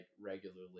regularly